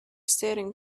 staring